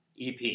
EP